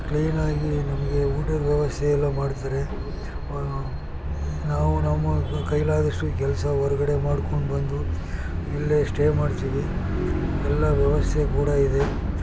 clean ಆಗಿ ನಮಗೆ ಊಟದ ವ್ಯವಸ್ಥೆಯೆಲ್ಲ ಮಾಡ್ತಾರೆ ನಾವು ನಮ್ಮ ಕೈಲಾದಷ್ಟು ಕೆಲಸ ಹೊರ್ಗಡೆ ಮಾಡ್ಕೊಂಡು ಬಂದು ಇಲ್ಲೇ ಸ್ಟೇ ಮಾಡ್ತೀವಿ ಎಲ್ಲ ವ್ಯವಸ್ಥೆ ಕೂಡ ಇದೆ